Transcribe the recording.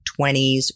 20s